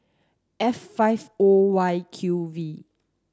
F five O Y Q V